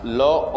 law